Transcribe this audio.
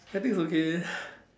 I think it's okay